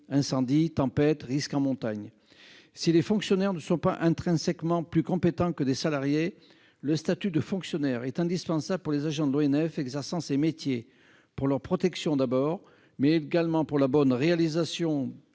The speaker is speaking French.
d'incendies, de tempêtes, de risques en montagne ... Si les fonctionnaires ne sont pas intrinsèquement plus compétents que des salariés, le statut de fonctionnaire est indispensable pour les agents de l'ONF exerçant ces métiers : pour leur protection d'abord, mais également pour la bonne réalisation